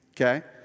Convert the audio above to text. okay